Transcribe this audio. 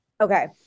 okay